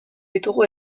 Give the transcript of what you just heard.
ditugu